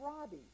Robbie